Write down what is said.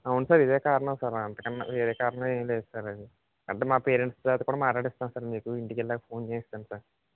అవును సార్ ఇదే కారణం సార్ అంతకన్న వేరే కారణం ఎం లేదు సార్ అది అంటే మా పేరెంట్స్ తరపున మాట్లాడిస్తాను సార్ మీకు ఇంటికి వెళ్ళాక ఫోన్ చేయిస్తాను సార్